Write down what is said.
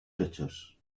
hechos